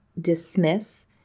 dismiss